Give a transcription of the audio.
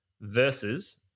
versus